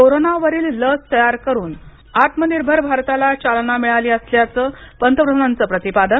कोरोनावरील लस तयार करून आत्मनिर्भर भारताला चालना मिळाली असल्याचं पंतप्रधानांचं प्रतिपादन